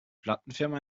plattenfirma